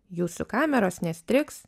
jūsų kameros nestrigs